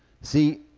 See